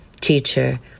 teacher